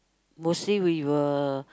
mostly we will